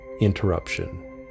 interruption